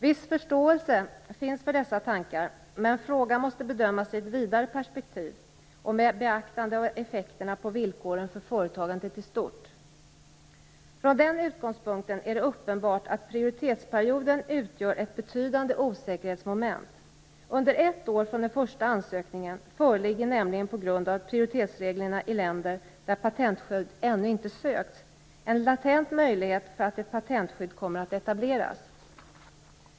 Viss förståelse finns för dessa tankar, men frågan måste bedömas i ett vidare perspektiv och med beaktande av effekterna på villkoren för företagandet i stort. Från den utgångspunkten är det uppenbart att prioritetsperioden utgör ett betydande osäkerhetsmoment. Under ett år från den första ansökningen finns nämligen på grund av prioritetsreglerna i länder där patentskydd ännu inte sökts en latent möjlighet att ett patentskydd kommer att etableras.